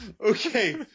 Okay